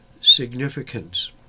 significance